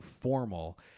formal